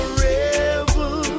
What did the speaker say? rebel